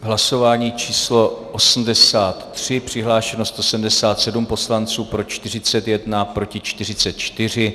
Hlasování číslo 83, přihlášeno 177 poslanců, pro 41, proti 44.